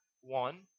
one